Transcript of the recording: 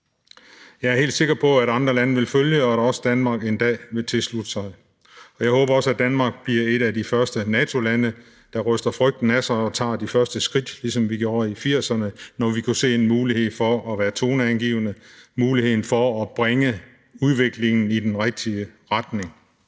Jeg er helt sikker på, at andre lande vil følge efter, og at også Danmark en dag vil tilslutte sig, og jeg håber også, at Danmark bliver et af de første NATO-lande, der ryster frygten af sig og tager de første skridt, ligesom vi gjorde i 1980'erne, når vi kunne se en mulighed for at være toneangivende og muligheden for at bringe udviklingen i den rigtige retning.